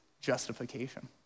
justification